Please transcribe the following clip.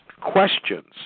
questions